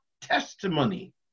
testimony